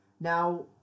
Now